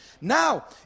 Now